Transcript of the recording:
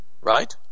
right